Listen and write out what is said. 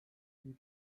you